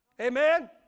Amen